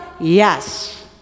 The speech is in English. Yes